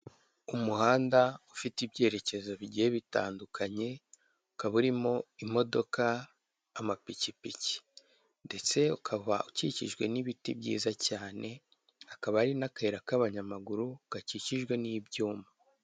Umuhanda ufite ibyerekezo bigiye bitandukanye ukaba urimo imodoka, amapikipiki ndetse ukaba ukikijwe n'ibiti byiza cyane akaba ari n'akayira k'abanyamaguru gakikijwe n'ibyuma.